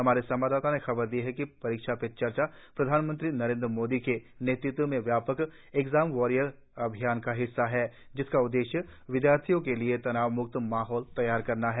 हमारे संवाददाता ने ख़बर दी है कि परीक्षा पे चर्चा प्रधानमंत्री नरेन्द्र मोदी के नेतृत्व में व्यापक एग्जाम वारियर अभियान का हिस्सा है जिसका उद्देश्य विद्यार्थियों के लिए तनाव मुक्त महौल तैयार करना है